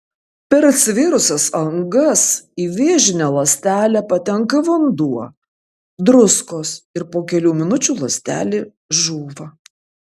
per atsivėrusias angas į vėžinę ląstelę patenka vanduo druskos ir po kelių minučių ląstelė žūva